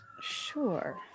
Sure